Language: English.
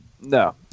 no